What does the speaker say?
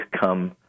come